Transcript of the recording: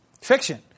fiction